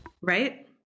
Right